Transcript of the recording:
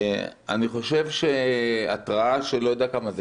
אני חושב שהתראה של לא יודע כמה זה,